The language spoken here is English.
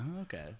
Okay